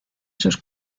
sus